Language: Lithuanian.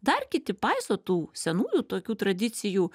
dar kiti paiso tų senųjų tokių tradicijų